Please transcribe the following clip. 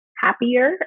happier